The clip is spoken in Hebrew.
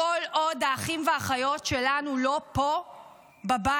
כל עוד האחים והאחיות שלנו לא פה בבית.